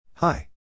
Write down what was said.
Hi